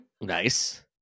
Nice